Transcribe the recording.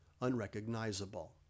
unrecognizable